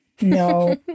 no